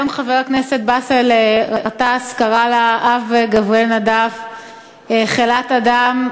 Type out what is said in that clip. היום חבר הכנסת באסל גטאס קרא לאב גבריאל נדאף "חלאת אדם",